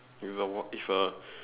with a with a